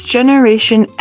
Generation